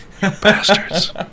Bastards